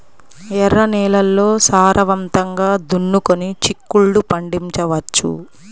ఎర్ర నేలల్లో సారవంతంగా దున్నుకొని చిక్కుళ్ళు పండించవచ్చు